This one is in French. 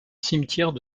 cimetière